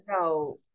No